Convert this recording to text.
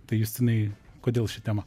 tai išsamiai kodėl ši tema